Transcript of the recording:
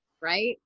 right